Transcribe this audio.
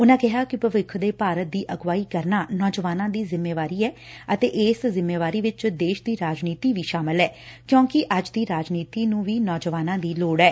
ਉਨਾਂ ਕਿਹਾ ਕਿ ਭਵਿੱਖ ਦੇ ਭਾਰਤ ਦੀ ਅਗਵਾਈ ਕਰਨਾ ਨੌਜਵਾਨਾਂ ਦੀ ਜਿੰਮੇਦਾਰੀ ਐ ਅਤੇ ਇਸ ਜਿੰਮੇਵਾਰੀ ਵਿਚ ਦੇਸ਼ ਦੀ ਰਾਜਨੀਤੀ ਵੀ ਸ਼ਾਮਲ ਐ ਕਿਉਕਿ ਅੱਜ ਦੀ ਰਾਜਨੀਤੀ ਨੂੰ ਵੀ ਨੌਜਵਾਨਾ ਦੀ ਲੋੜ ਐ